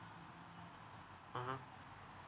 mmhmm